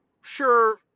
sure